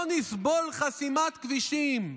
לא נסבול חסימת כבישים.